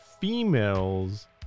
females